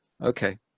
Okay